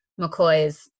McCoy's